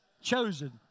chosen